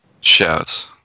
shouts